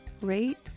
rate